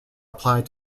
applied